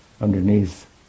underneath